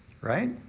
right